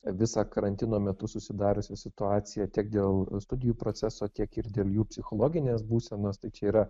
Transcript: visą karantino metu susidariusią situaciją tiek dėl studijų proceso tiek ir dėl jų psichologinės būsenos tai čia yra